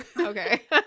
Okay